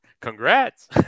Congrats